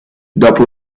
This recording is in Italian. dopo